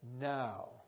now